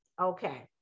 okay